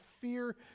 fear